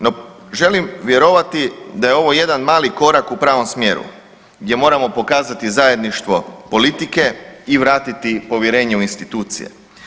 No želim vjerovati da je ovo jedan mali korak u pravom smjeru gdje moramo pokazati zajedništvo politike i vratiti povjerenje u institucije.